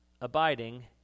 abiding